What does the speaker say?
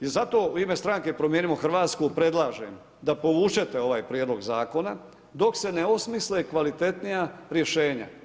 I zato u ime stranke Promijenimo Hrvatsku predlažem da povučete ovaj prijedlog zakona dok se ne osmisle kvalitetnija rješenja.